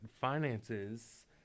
finances